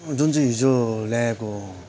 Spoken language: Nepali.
जुन चाहिँ हिजो ल्याएको